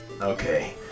okay